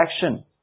action